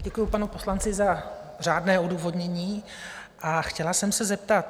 Děkuji panu poslanci za řádné odůvodnění a chtěla jsem se zeptat.